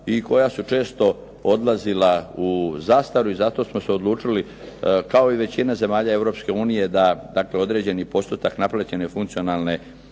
i koja su često odlazila u zastaru i zato smo se odlučili kao i većina zemalja Europske unije, da dakle određeni postotak naplaćene funkcionalne